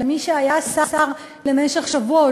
או למי שהיה שר למשך שבוע,